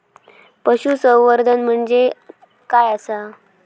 पशुसंवर्धन म्हणजे काय आसा?